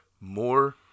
more